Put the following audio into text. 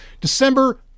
December